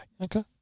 Okay